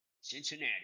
Cincinnati